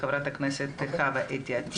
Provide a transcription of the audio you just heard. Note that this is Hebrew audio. חברת הכנסת חוה אתי עטייה,